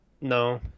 No